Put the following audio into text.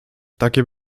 takie